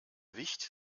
wicht